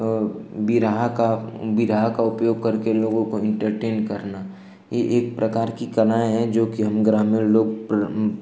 बिरहा का बिरहा का उपयोग करके लोगों को एन्टरटेन करना यह एक प्रकार की कला है जो कि हम ग्रामीण लोग